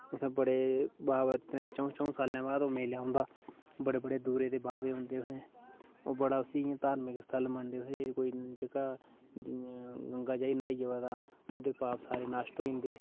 उत्थें बड़े बा बतरे च'ऊं च'ऊं सालें बाद ओह् मेला औंदा बड़े बड़े दूरा दे बाबे औंदे उत्थें ओह् बड़ा उसी इ'यां धार्मिक स्थल मनदे उत्थें कोई जगह् इयां गंगा जाइयै न्हाइयै बाद ओह्दे पाप सारे नश्ट होई जंदे